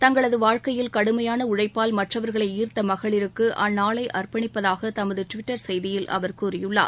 தங்களது வாழ்க்கையில் கடுமையான உழைப்பால் மற்றவர்களை ஈர்த்த மகளிருக்கு அற்நாளை அர்ப்பணிப்பதாக தமது டுவிட்டர் செய்தியில் அவர் கூறியுள்ளார்